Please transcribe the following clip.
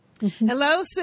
hello